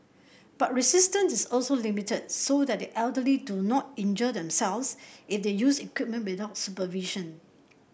but resistance is also limited so that the elderly do not injure themselves if they use equipment without supervision